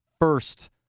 first